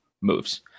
moves